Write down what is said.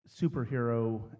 superhero